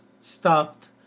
stopped